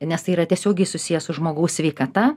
nes tai yra tiesiogiai susiję su žmogaus sveikata